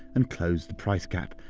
and close the price gap,